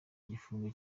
igifungo